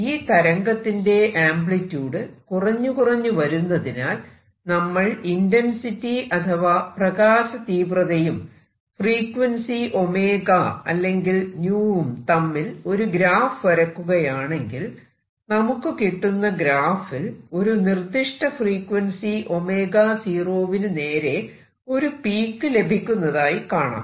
ഈ തരംഗത്തിന്റെ ആംപ്ലിട്യൂഡ് കുറഞ്ഞു കുറഞ്ഞു വരുന്നതിനാൽ നമ്മൾ ഇന്റെൻസിറ്റി അഥവാ പ്രകാശ തീവ്രതയും ഫ്രീക്വൻസി 𝞈 അല്ലെങ്കിൽ 𝞶 വും തമ്മിൽ ഒരു ഗ്രാഫ് വരക്കുകയാണെങ്കിൽ നമുക്ക് കിട്ടുന്ന ഗ്രാഫിൽ ഒരു നിർദ്ധിഷ്ട ഫ്രീക്വൻസി 𝞈0 വിനു നേരെ ഒരു പീക് ലഭിക്കുന്നതായി കാണാം